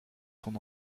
son